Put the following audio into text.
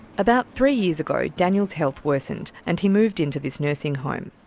about three years ago daniel's health worsened and he moved into this nursing home.